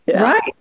Right